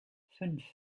fünf